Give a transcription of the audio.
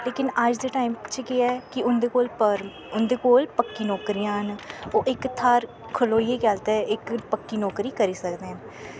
लेकिन अज दे टाईम च केह् ऐ कि उं'दे कोल प उं'दे कोल पक्की नौकरियां न ओह् इक थाह्र इक पक्की नौकरी करी सकदे न